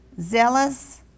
zealous